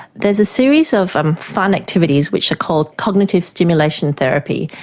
there's a series of um fun activities which are called cognitive stimulation therapy,